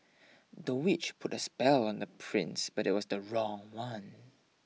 the witch put a spell on the prince but it was the wrong one